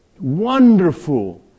wonderful